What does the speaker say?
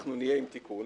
אנחנו נהיה עם תיקון.